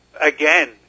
again